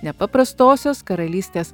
nepaprastosios karalystės